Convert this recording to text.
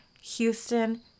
Houston